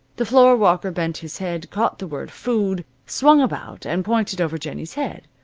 the floorwalker bent his head, caught the word food, swung about, and pointed over jennie's head.